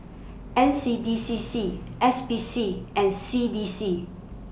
N C D C C S P C and C D C